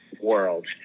world